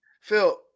Phil